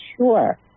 sure